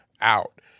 out